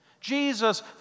Jesus